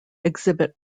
exhibit